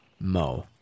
Mo